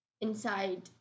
inside